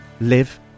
live